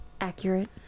accurate